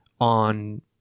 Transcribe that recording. on